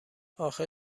اخه